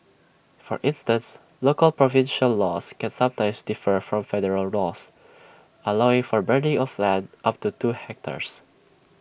for instance local provincial laws can sometimes differ from federal laws allowing for burning of land up to two hectares